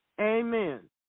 Amen